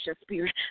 spirit